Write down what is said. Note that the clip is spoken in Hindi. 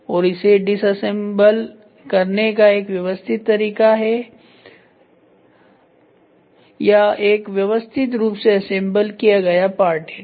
यह इसे डिसअसेंबल करने का एक व्यवस्थित तरीका है या एक व्यवस्थित रूप से असेंबल किया गया पार्ट है